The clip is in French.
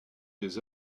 des